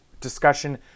discussion